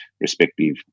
respective